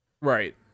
Right